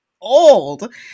old